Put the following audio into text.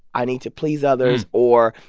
i need to please others or,